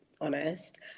honest